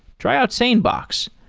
tryout sanebox.